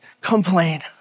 complain